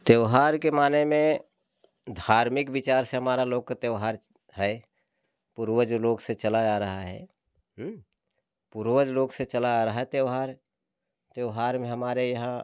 त्योहार के माने में धार्मिक विचार से हमारा लोक त्योहार है पूर्वज लोग से से चला आ रहा है हम्म पूर्वज लोग से चला आ रहा है त्योहार त्योहार में हमारे यहाँ